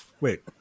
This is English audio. Wait